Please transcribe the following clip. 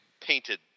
painted